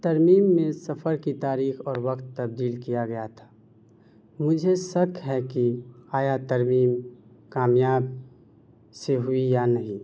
ترمیم میں سفر کی تاریخ اور وقت تبدیل کیا گیا تھا مجھے شک ہے کہ آیا ترمیم کامیاب سے ہوئی یا نہیں